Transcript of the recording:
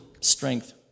strength